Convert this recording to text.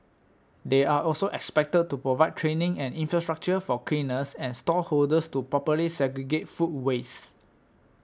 they are also expected to provide training and infrastructure for cleaners and stall holders to properly segregate food waste